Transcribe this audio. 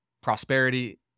prosperity